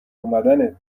اومدنت